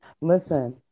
Listen